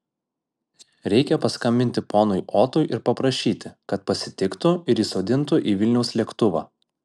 reikia paskambinti ponui otui ir paprašyti kad pasitiktų ir įsodintų į vilniaus lėktuvą